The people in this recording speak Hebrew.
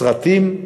סרטים,